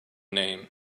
name